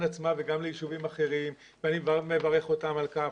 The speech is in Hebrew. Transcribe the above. עצמה וגם לישובים אחרים ואני מברך אותם על כך.